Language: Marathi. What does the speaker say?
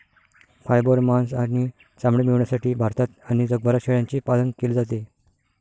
फायबर, मांस आणि चामडे मिळविण्यासाठी भारतात आणि जगभरात शेळ्यांचे पालन केले जाते